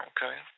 Okay